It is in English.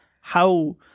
How-